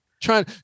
trying